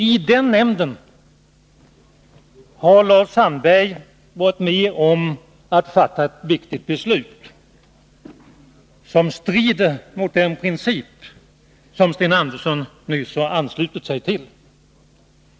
I den nämnden har Lars Sandberg varit med om att fatta ett viktigt beslut som strider mot den princip som Sten Andersson nyss har anslutit sig till.